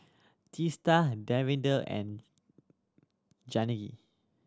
Teesta and Davinder and